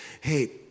hey